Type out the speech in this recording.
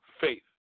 faith